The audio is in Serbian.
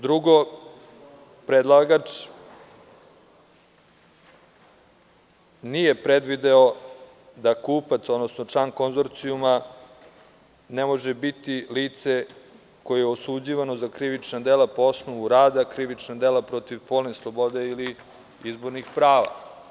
Drugo, predlagač nije predvideo da kupac, odnosno član konzorcijuma ne može biti lice koje je osuđivano za krivična dela po osnovu rada, krivična dela protiv polne slobode ili izbornih prava.